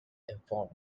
informed